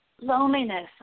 Loneliness